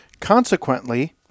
Consequently